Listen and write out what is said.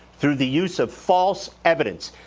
through the use of false evidence,